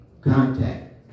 Contact